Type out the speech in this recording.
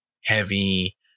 heavy